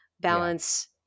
balance